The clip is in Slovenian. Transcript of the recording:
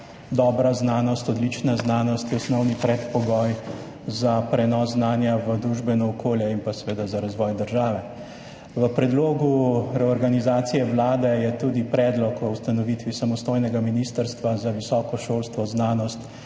dobra znanost, odlična znanost je osnovni predpogoj za prenos znanja v družbeno okolje in pa seveda za razvoj države. V predlogu reorganizacije Vlade je tudi Predlog o ustanovitvi samostojnega ministrstva za visoko šolstvo, znanost